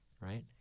right